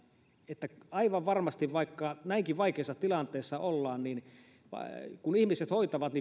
että vaikka näinkin vaikeassa tilanteessa ollaan ja vaikka virheitäkin tehdään kun ihmiset hoitavat